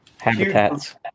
habitats